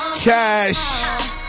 Cash